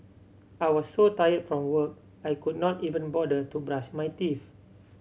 I was so tired from work I could not even bother to brush my teeth